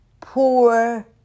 poor